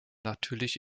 natürlich